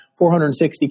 460